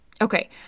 Okay